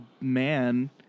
man